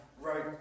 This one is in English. right